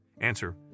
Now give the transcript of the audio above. Answer